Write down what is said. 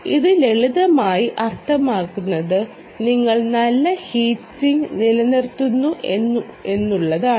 ഇത് ലളിതമായി അർത്ഥമാക്കുന്നത് നിങ്ങൾ നല്ല ഹീറ്റ് സിങ്ക് നിലനിർത്തുന്നു എന്നതാണ്